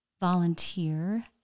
volunteer